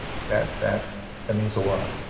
that that and means a lot.